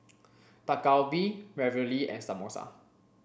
Dak Galbi Ravioli and Samosa